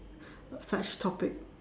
such topic